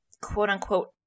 quote-unquote